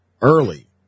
early